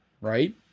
right